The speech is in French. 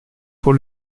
pour